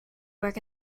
work